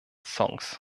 songs